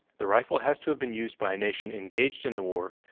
the rifle has to have been used by a nation engaged in the war,